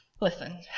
listen